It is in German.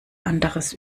anderes